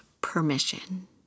permission